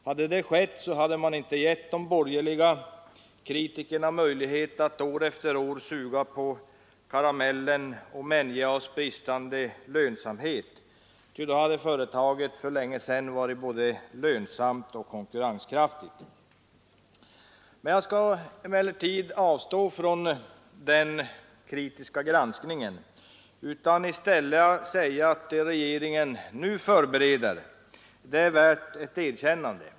Hade det skett, så hade man inte givit de borgerliga kritikerna möjlighet att år efter år suga på karamellen om NJA:s bristande lönsamhet, utan då hade företaget för länge sedan varit både lönsamt och konkurrenskraftigt. Jag skall emellertid avstå från den kritiska granskningen och i stället säga att det regeringen nu förbereder är värt ett erkännande.